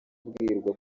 abwirwa